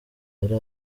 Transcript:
yari